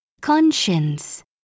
conscience